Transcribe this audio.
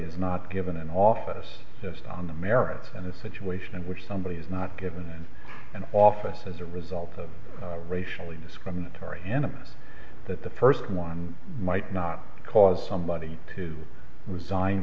is not given an office just on the merits and a situation in which somebody is not given an office as a result of a racially discriminatory enema that the first one might not cause somebody to resign